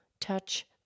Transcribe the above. touch